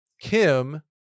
Kim